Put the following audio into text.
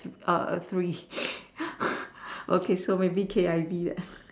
err three okay so maybe K_I_V ah